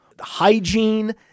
Hygiene